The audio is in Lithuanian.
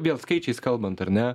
vėl skaičiais kalbant ar ne